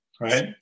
right